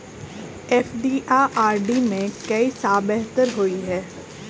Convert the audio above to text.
FD आ RD मे केँ सा बेहतर होइ है?